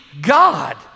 God